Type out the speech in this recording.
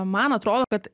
man atrodo kad